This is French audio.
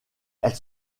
elle